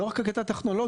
לא רק הקטע הטכנולוגית.